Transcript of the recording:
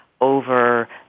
over